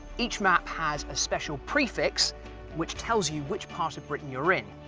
each map has a special prefix which tells you which part of britain you're in,